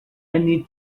need